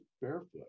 barefoot